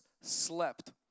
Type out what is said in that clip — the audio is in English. slept